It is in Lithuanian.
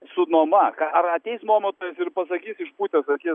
su nuoma ką ar ateis nuomotojas ir pasakys išpūtęs akis